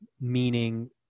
meaning